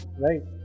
right